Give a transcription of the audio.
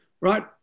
right